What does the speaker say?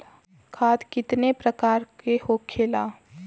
खाद कितने प्रकार के होखेला?